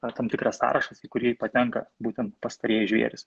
a tam tikras sąrašas į kurį patenka būtent pastarieji žvėrys